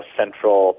central